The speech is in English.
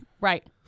Right